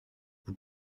vous